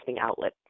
outlet